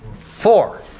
four